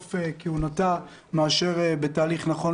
סוף כהונתה מאשר בתהליך נכון.